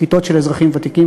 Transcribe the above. כיתות של אזרחים ותיקים,